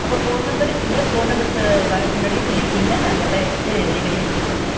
அப்போ phone number இருக்குங்க phone number வரதுக்கு முன்னாடியே சொல்லிவிட்டிங்கன்னா நாங்கள் எல்லாம் எடுத்து ரெடி பண்ணி வச்சுடுவோம்ங்க